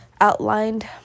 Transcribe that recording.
outlined